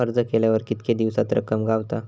अर्ज केल्यार कीतके दिवसात रक्कम गावता?